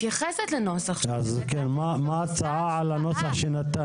אני מתייחסת לנוסח שאתם נתתם --- אז מה ההצעה על הנוסח שנתנו?